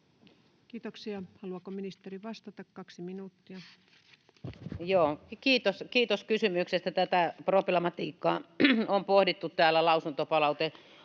Kiitoksia. — Haluaako ministeri vastata? Kaksi minuuttia. Joo, kiitos! — Kiitos kysymyksestä. Tätä problematiikkaa on pohdittu täällä lausuntopalauteosuudessa.